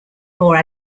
more